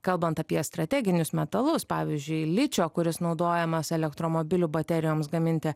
kalbant apie strateginius metalus pavyzdžiui ličio kuris naudojamas elektromobilių baterijoms gaminti